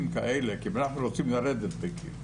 כאלה כי אם אנחנו רוצים לרדת בגיל,